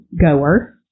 goer